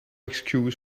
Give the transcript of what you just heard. excuse